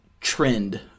trend